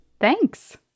Thanks